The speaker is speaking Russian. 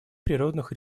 природных